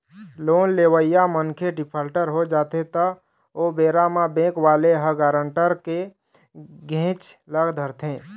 loan लेवइया मनखे defaulter हो जाथे त ओ बेरा म बेंक वाले ह गारंटर के घेंच ल धरथे